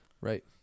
right